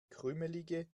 krümelige